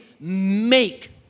make